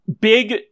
Big